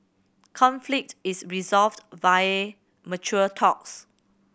conflict is resolved via mature talks